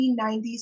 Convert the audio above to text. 1990s